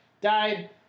died